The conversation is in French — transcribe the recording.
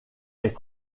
est